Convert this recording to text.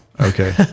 Okay